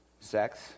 sex